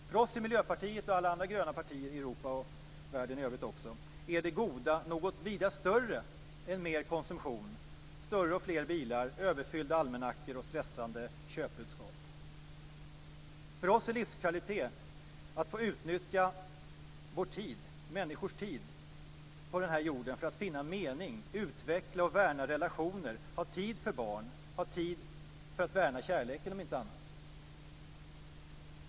För oss i Miljöpartiet och i alla andra gröna partier i Europa och i världen i övrigt också är det goda något vida större än mer konsumtion, större och fler bilar, överfyllda almanackor och stressande köpbudskap. För oss är livskvalitet att få utnyttja vår tid, människors tid, på den här jorden till att finna mening, utveckla och värna relationer, ha tid för barn och ha tid för att värna kärleken om inte annat.